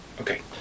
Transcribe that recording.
Okay